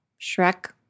Shrek